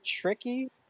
tricky